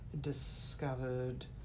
discovered